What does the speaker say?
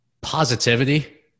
positivity